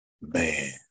man